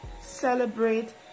Celebrate